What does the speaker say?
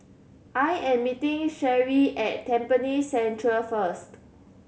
I am meeting Sherri at Tampines Central first